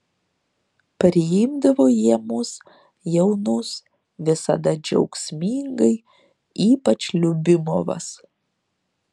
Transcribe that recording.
priimdavo jie mus jaunus visada džiaugsmingai ypač liubimovas